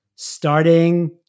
Starting